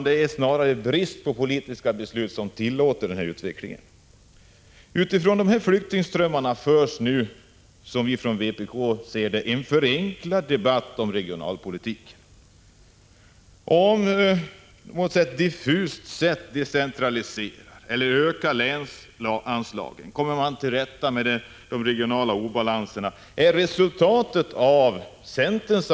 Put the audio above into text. Det är snarare brist på politiska beslut som tillåter denna utveckling. Med utgångspunkt från dessa flyttningsströmmar förs nu — som vi inom vpk ser det — en förenklad debatt om regionalpolitik. Centerns agerande tycks utgå ifrån att om vi på ett diffust sätt decentraliserar eller ökar länsanslagen, kommer man till rätta med de regionala obalanserna.